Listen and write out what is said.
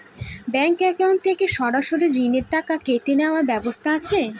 Bank account থেকে সরাসরি ঋণের টাকা কেটে নেওয়ার ব্যবস্থা আছে?